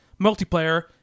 multiplayer